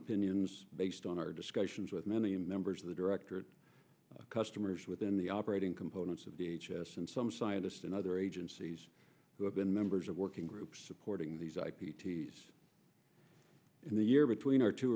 opinions based on our discussions with many members of the directorate customers within the operating components of the h s and some scientist and other agencies who have been members of working groups supporting these ip ts in the year between our two